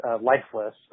lifeless